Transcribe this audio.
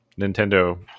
nintendo